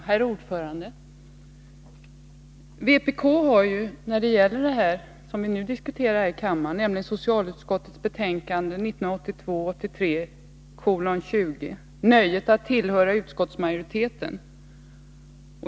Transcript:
Herr talman! Vpk har när det gäller det vi nu diskuterar här i kammaren — socialutskottets betänkande 1982/83:20 — nöjet att tillhöra utskottsmajoriteten.